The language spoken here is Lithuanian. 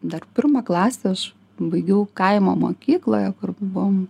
dar pirmą klasę aš baigiau kaimo mokykloje kur buvom